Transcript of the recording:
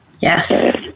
yes